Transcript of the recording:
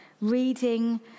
reading